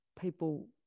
people